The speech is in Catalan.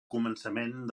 començament